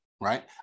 right